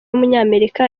w’umunyamerika